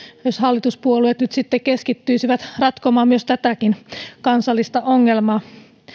jos hallituspuolueet nyt sitten keskittyisivät ratkomaan tätäkin kansallista ongelmaa